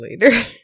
later